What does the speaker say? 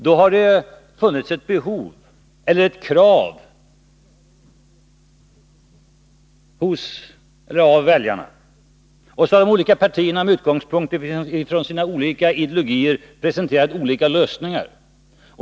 Då har det funnits ett behov eller ett krav från väljarna, och de olika partierna har med utgångspunkt i sina olika ideologier presenterat olika lösningar.